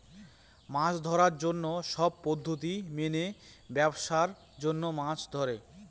মাছ ধরার জন্য সব পদ্ধতি মেনে ব্যাবসার জন্য মাছ ধরে